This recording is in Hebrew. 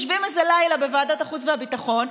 יושבים איזה לילה בוועדת החוץ והביטחון,